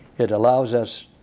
it allows us